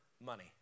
money